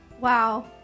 Wow